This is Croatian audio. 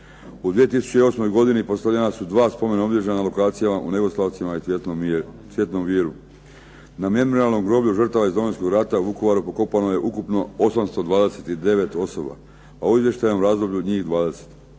U 2008. godini postavljena su dva spomen obilježja na lokacijama u Negoslavcima i Cvjetnom viru. Na Memorijalnom groblju žrtava iz Domovinskog rata u Vukovaru pokopano je ukupno 829 osoba, a u izvještajnom razdoblju njih 20.